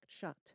Shut